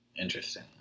Interesting